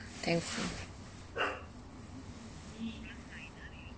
thankful